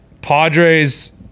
Padres